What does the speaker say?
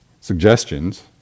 suggestions